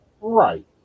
Right